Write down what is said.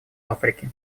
африки